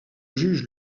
juge